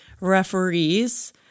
referees